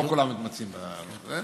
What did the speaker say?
לא כולם מתמצאים בזה.